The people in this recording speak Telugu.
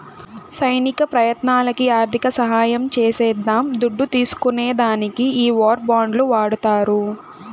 సైనిక ప్రయత్నాలకి ఆర్థిక సహాయం చేసేద్దాం దుడ్డు తీస్కునే దానికి ఈ వార్ బాండ్లు వాడతారు